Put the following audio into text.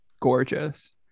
gorgeous